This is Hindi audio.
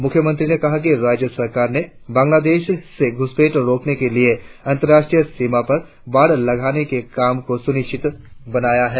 मुख्यमंत्री ने कहा कि राज्य सरकार ने बंगलादेश से घुसपैठ रोकने के लिए अंतर्राष्ट्रीय सीमा पर बाड़ लगाने के काम को सुनिश्चित बनाया है